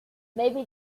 maybe